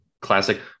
classic